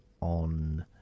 on